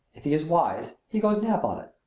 if he is wise he goes nap on it.